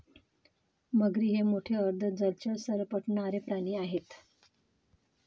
मगरी हे मोठे अर्ध जलचर सरपटणारे प्राणी आहेत